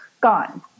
gone